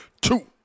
Two